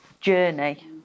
journey